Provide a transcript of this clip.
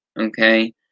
okay